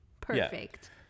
perfect